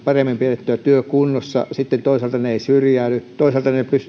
paremmin pidettyä työkuntoisina sitten toisaalta he eivät syrjäydy ja toisaalta he